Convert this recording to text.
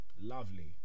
Lovely